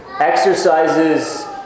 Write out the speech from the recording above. exercises